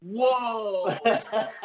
Whoa